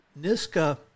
niska